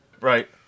right